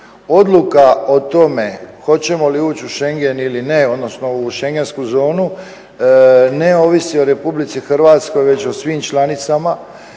Odluka o tome hoćemo li ući u schengen ili ne odnosno u schengensku zonu ne ovisi o Republici Hrvatskoj već o svim članicama.